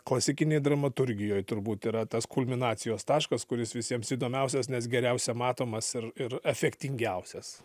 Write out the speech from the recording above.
klasikinėj dramaturgijoj turbūt yra tas kulminacijos taškas kuris visiems įdomiausias nes geriausia matomas ir ir efektingiausias